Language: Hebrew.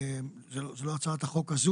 זה לא הצעת החוק הזו,